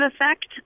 effect